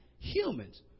humans